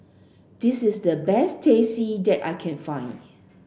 this is the best Teh C that I can find